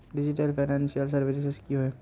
Digital financial services की होय?